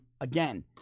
again